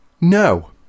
No